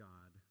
God